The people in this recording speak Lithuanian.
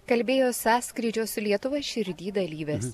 kalbėjo sąskrydžio su lietuva širdy dalyvės